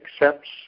accepts